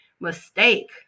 mistake